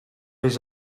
his